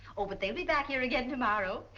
oh, but they'll be back here again tomorrow.